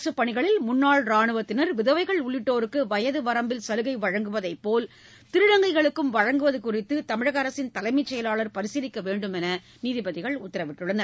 அரசுப் பணிகளில் முன்னாள் ராணுவத்தினர் விதவைகள் உள்ளிட்டோருக்கு வயது வரம்பில் சலுகை வழங்குவதைப் போல் திருநங்கைகளுக்கும் வழங்குவது குறித்து தமிழக அரசின் தலைமைச் செயலாளர் பரிசீலிக்க வேண்டுமென்று நீதிபதிகள் உத்தரவிட்டனர்